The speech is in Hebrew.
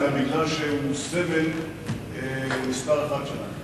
אלא משום שהוא סמל מספר אחת שלנו.